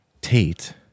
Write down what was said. Tate